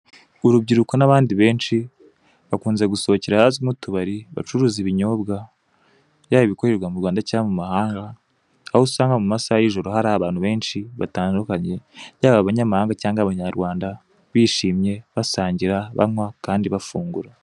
Urubyiruko n'abandi benshi bakunze gusohokera ahazwi nk'utubari, bacuruza ibinyobwa yaba ibikorerwa mu Rwanda cyangwa mu mahanga aho usanga mu masaha y'ijoro hari abantu benshi batandukanye yaba abanyamahanga cyangwa abanyarwanda bishimye basangira banywa kandi bafungura.